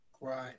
Right